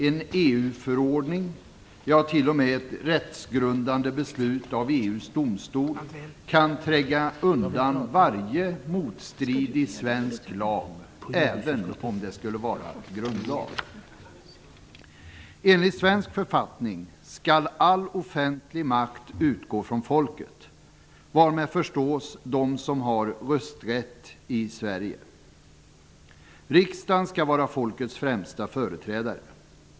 En EU-förordning, ja t.o.m. ett rättsgrundande beslut av EU:s domstol, kan tränga undan varje motstridig svensk lag, även en grundlag. Sverige. Riksdagen skall vara folkets främsta företrädare.